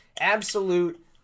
Absolute